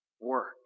work